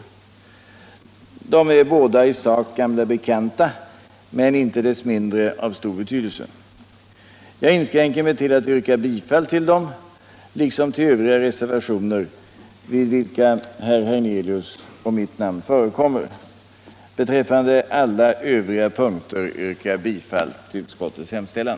De är båda i sak gamla bekanta men inte desto mindre av stor betydelse. Jag inskränker mig tull att yrka bifall till dem liksom till övriga reservationer där herr Hernelius och mitt namn förekommer. Beträffande alla övriga punkter yrkar jag bifall till utskottets hemställan.